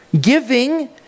giving